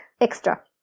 extra